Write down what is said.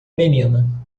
menina